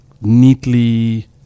neatly